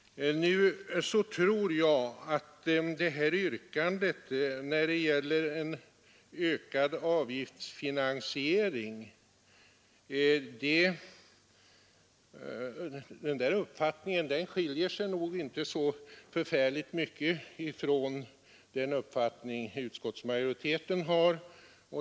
Nu tror jag att när det gäller ökad avgiftsfinansiering skiljer sig hennes uppfattning inte så förfärligt mycket från den uppfattning utskottsmajoriteten har.